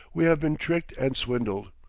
we have been tricked and swindled.